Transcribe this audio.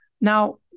Now